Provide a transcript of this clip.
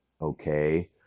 Okay